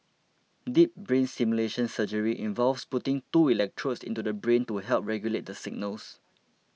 deep brain stimulation surgery involves putting two electrodes into the brain to help regulate the signals